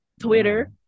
Twitter